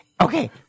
okay